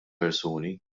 persuni